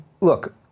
look